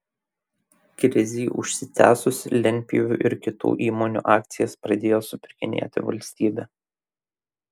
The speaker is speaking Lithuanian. krizei užsitęsus lentpjūvių ir kitų įmonių akcijas pradėjo supirkinėti valstybė